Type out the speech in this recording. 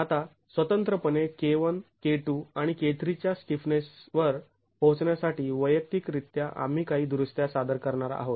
आता स्वतंत्रपणे K 1 K 2 आणि K 3 च्या स्टिफनेसवर पोहचण्यासाठी वैयक्तिकरित्या आम्ही काही दुरुस्त्या सादर करणार आहोत